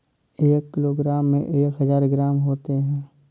एक किलोग्राम में एक हजार ग्राम होते हैं